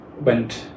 went